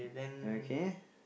okay